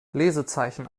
lesezeichen